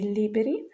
liberi